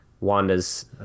wanda's